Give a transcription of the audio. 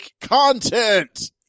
content